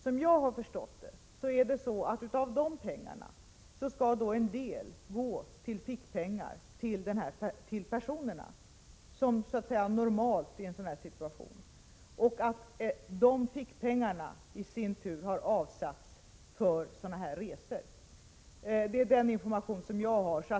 Som jag har förstått det skall en del av de pengarna normalt gå till fickpengar till de intagna, men pengarna har avsatts för sådana här resor. Det är den information som jag har.